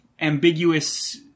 ambiguous